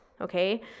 Okay